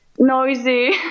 Noisy